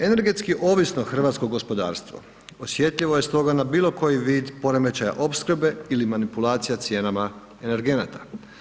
Energetski ovisno hrvatsko gospodarstvo osjetljivo je stoga na bilo koji vid poremećaja opskrbe ili manipulacija cijenama energenata.